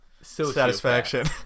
satisfaction